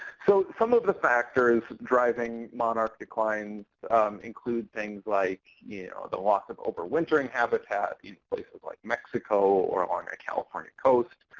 so some of the factors driving monarch decline include things like you know the loss of over wintering habitat in places like mexico or along the ah california coast.